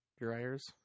Dryers